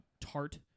tart